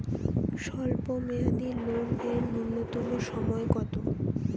স্বল্প মেয়াদী লোন এর নূন্যতম সময় কতো?